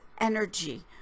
energy